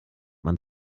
man